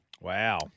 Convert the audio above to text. Wow